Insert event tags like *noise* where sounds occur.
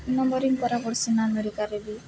numbering କରା ପଡ଼୍ସିି ନା *unintelligible* ବି